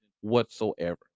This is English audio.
whatsoever